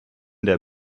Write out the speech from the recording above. der